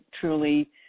truly